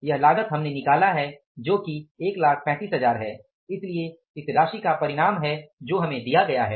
यह लागत हमने निकाला है जो कि 135000 है इसलिए यह इस राशि का परिणाम है जो हमें दिया गया है